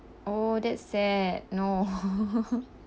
oh that's sad no